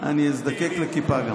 אזדקק לכיפה.